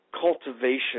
cultivation